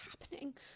happening